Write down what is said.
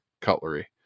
cutlery